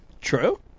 True